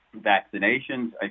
vaccinations